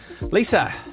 Lisa